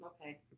Okay